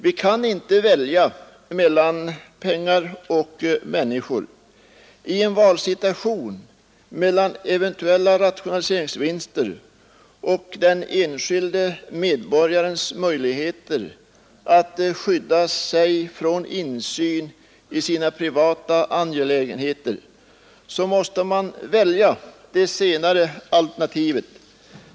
Vi kan inte välja mellan pengar och människor. I en valsituation mellan eventuella rationaliseringsvinster och den enskilde medborgarens möjligheter att skydda sig för insyn i sina privata angelägenheter måste man välja det senare alternativet.